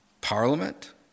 Parliament